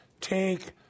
take